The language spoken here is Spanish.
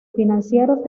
financieros